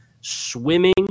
swimming